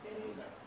தெரியல:teriyala